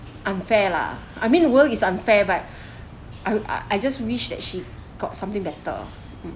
unfair lah I mean world is unfair but I just wish that she got something better